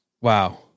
wow